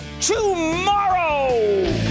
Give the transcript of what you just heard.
tomorrow